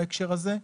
בהקשר הזה,